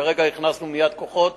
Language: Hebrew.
כרגע הכנסנו מייד כוחות